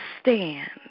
stand